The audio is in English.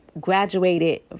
graduated